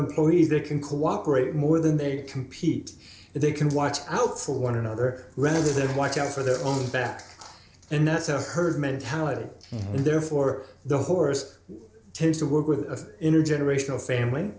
employees that can cooperate more than they compete if they can watch out for one another rather than watch out for their own back and that's a herd mentality and therefore the horse tends to work with a intergenerational family